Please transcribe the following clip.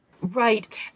Right